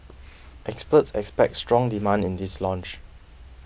experts expect strong demand in this launch